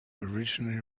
originally